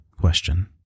question